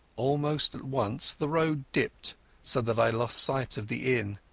almost at once the road dipped so that i lost sight of the inn,